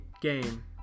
game